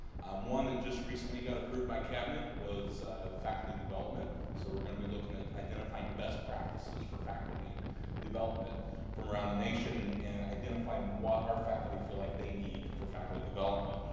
one that just recently got approved by cabinet was faculty development. so we're going to be looking at identifying best practices for faculty development from around the nation and identifying what our faculty feel like they need for faculty development.